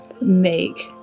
make